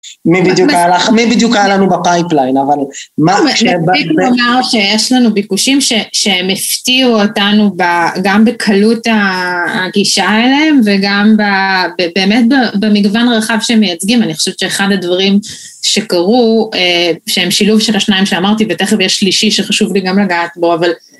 מי בדיוק הלך, מי בדיוק היה לנו בפייפליין, אבל מה כשבדבר. אני רוצה לומר שיש לנו ביקושים שהם הפתיעו אותנו גם בקלות הגישה אליהם וגם באמת במגוון הרחב שהם מייצגים. אני חושבת שאחד הדברים שקרו שהם שילוב של השניים שאמרתי ותכף יש שלישי שחשוב לי גם לגעת בו.